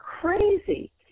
crazy